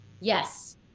Yes